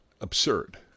absurd